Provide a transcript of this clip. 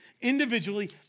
individually